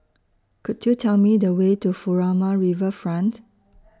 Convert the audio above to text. Could YOU Tell Me The Way to Furama Riverfront